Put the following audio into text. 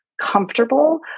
comfortable